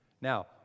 Now